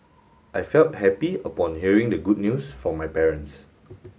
I felt happy upon hearing the good news from my parents